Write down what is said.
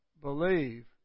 believe